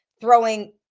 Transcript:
throwing